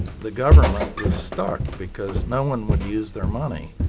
the government was stuck because no one would use their money,